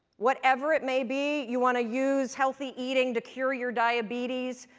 whatever it may be, you want to use healthy eating to cure your diabetes,